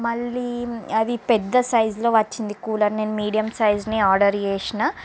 మళ్ళీ అది పెద్ద సైజ్లో వచ్చింది కూలర్ నేను మీడియం సైజ్ని ఆర్డర్ చేసిన